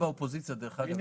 אני